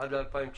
עד 2019,